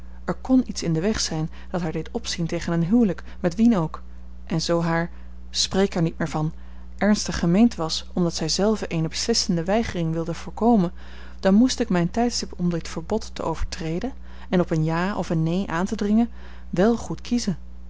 er kon iets in den weg zijn dat haar deed opzien tegen een huwelijk met wien ook en zoo haar spreek er niet meer van ernstig gemeend was omdat zij zelve eene beslissende weigering wilde voorkomen dan moest ik mijn tijdstip om dit verbod te overtreden en op een ja of een neen aan te dringen wèl goed kiezen